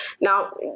Now